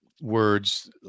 words